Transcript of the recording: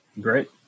Great